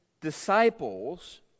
disciples